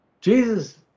Jesus